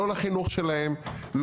לא לחינוך שלהם,